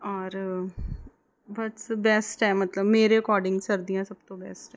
ਔਰ ਬਸ ਬੈਸਟ ਹੈ ਮਤਲਬ ਮੇਰੇ ਅਕੋਡਿੰਗ ਸਰਦੀਆਂ ਸਭ ਤੋਂ ਬੈਸਟ ਹੈ